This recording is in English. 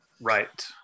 Right